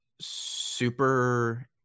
super